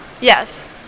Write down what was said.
yes